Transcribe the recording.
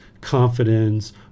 confidence